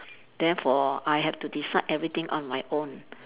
therefore I have to decide everything on my own